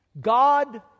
God